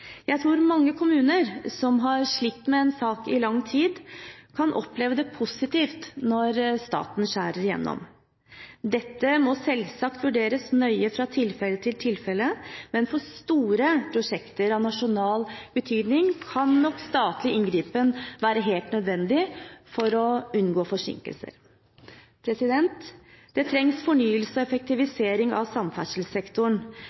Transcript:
Jeg tror mange kommuner som har slitt med en sak i lang tid, kan oppleve det positivt når staten skjærer igjennom. Dette må selvsagt vurderes nøye fra tilfelle til tilfelle, men for store prosjekter av nasjonal betydning kan nok statlig inngripen være helt nødvendig for å unngå forsinkelser. Det trengs fornyelse og